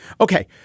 Okay